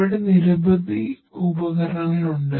ഇവിടെ നിരവധി ഉപകരണങ്ങൾ ഉണ്ട്